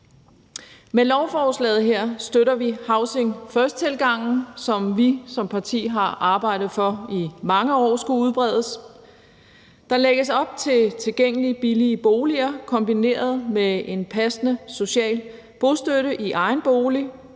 Med lovforslaget her støtter vi housing first-tilgangen, som vi som parti i mange år har arbejdet for at udbrede. Der lægges op til tilgængelige, billige boliger kombineret med en passende social bostøtte i egen bolig,